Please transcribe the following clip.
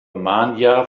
mania